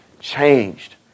changed